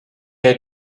had